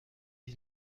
dix